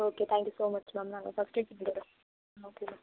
okay thank you so much ma'am நாங்கள் first okay ma'am